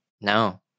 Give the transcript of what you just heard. No